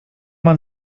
man